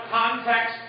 context